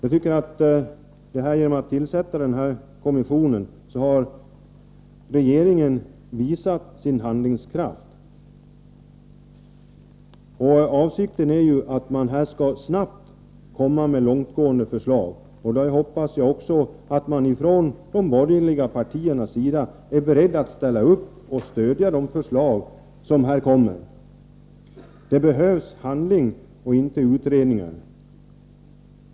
Genom att tillsätta denna kommission har regeringen visat sin handlingskraft. Avsikten är ju att den snabbt skall framlägga långtgående förslag. Jag hoppas att de borgerliga partierna är beredda att stödja de förslag som kommer. Det behövs handling och inte utredningar.